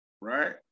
right